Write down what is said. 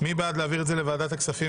מי בעד להעביר את זה לוועדת הכספים,